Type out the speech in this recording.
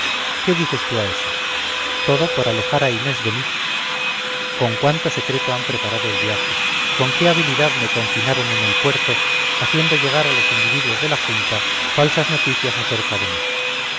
qué dices tú a eso todo por alejar a inés de mí con cuánto secreto han preparado el viaje con qué habilidad me confinaron en el puerto haciendo llegar a los individuos de la junta falsas noticias acerca de mí